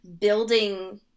building